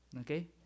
okay